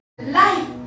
Life